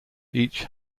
each